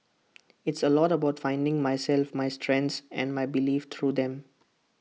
it's A lot about finding myself my strengths and my beliefs through them